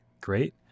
great